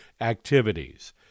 activities